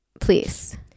please